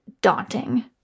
daunting